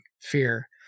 fear